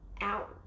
out